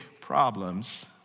problems